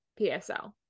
PSL